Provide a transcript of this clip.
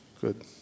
good